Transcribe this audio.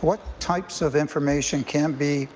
what types of information can be